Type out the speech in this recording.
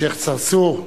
השיח' צרצור,